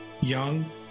young